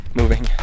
moving